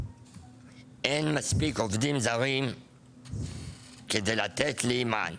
אין מספיק עובדים זמנים כדי לתת לי מענה